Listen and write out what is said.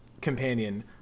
companion